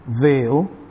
veil